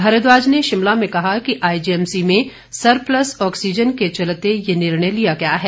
भारद्वाज ने शिमला में कहा कि आईजीएमसी में सरप्लस ऑक्सीजन के चलते ये निर्णय लिया गया है